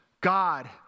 God